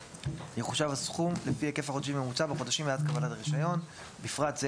יחושב הסכום לפי היקף חודשי ממוצע בחודשים מאז קבלת הרישיון (בפרט זה